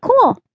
cool